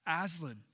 Aslan